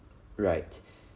right